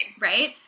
Right